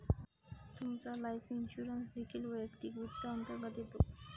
तुमचा life insurance देखील वैयक्तिक वित्त अंतर्गत येतो